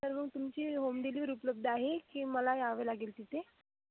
तर मग तुमची होम डिलिव्हरी उपलब्ध आहे की मला यावं लागेल तिथे